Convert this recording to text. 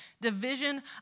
division